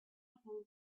going